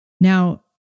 now